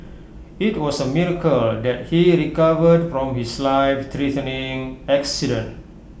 IT was A miracle that he recovered from his life threatening accident